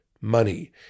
money